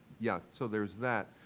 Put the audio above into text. yeah, so there's that.